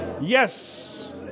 Yes